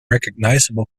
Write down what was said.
recognizable